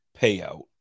payout